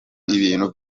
ibintu